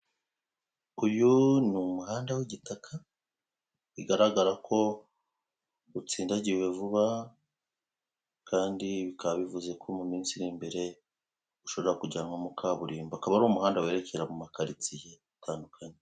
Uyu ni umuhanda w'igitaka, bigaragara ko utsindagiwe vuba, kandi bikaba bivuze ko mu minsi iri imbere ushobora kujyamo kaburimbo. Ukaba ari umuhanda werekera mu makaritsiye atandukanye.